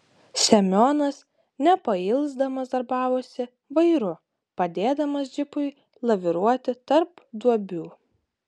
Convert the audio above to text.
semionas nepailsdamas darbavosi vairu padėdamas džipui laviruoti tarp duobių